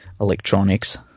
electronics